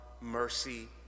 mercy